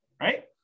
right